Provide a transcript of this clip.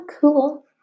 cool